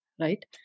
right